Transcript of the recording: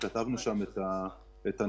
כתבנו את הנתונים.